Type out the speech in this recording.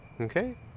Okay